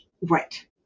right